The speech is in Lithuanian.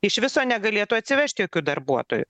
iš viso negalėtų atsivežt jokių darbuotojų